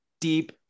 deep